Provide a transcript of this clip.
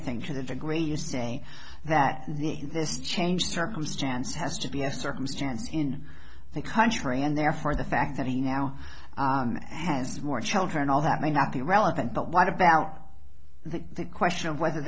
think that the great you say that this change circumstance has to be a circumstance in the country and therefore the fact that he now has more children all that may not be relevant but what about the question of whether